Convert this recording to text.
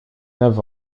neuf